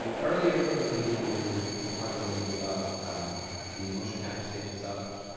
and earlier, from the beginning, when we were and so talking a little bit about the motion capture stage and such,